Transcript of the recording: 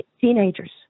teenagers